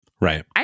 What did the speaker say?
Right